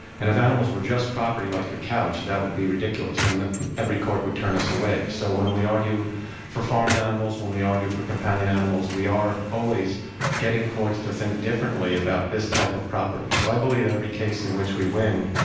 and if animals were just property, like your couch, that would be ridiculous, and every court would turn us away. so when we argue for farmed animals, when we argue for companion animals, we are always getting courts to think differently about this type of property. so i believe every case in which we win,